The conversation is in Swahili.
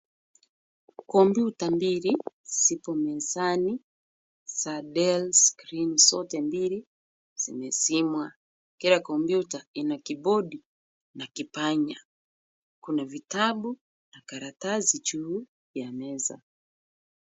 Kompyuta mbili zipo mezani za DELL. Screen zote mbili zimezimwa. Kila kompyuta ina kibodi na kipanya. Kuna vitabu na karatasi juu ya meza.